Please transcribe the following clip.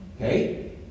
Okay